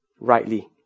rightly